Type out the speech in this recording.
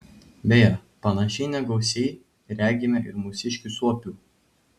beje panašiai negausiai regime ir mūsiškių suopių